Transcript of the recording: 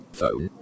phone